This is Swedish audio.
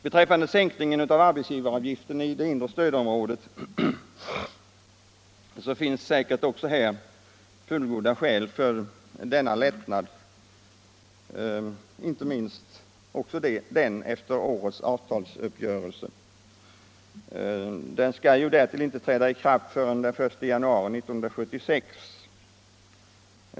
Beträffande sänkningen av arbetsgivaravgiften i det inre stödområdet finns säkert också fullgoda skäl för denna lättnad, inte minst efter årets avtalsuppgörelse. Den skall därtill inte träda i kraft förrän den 1 januari 1976.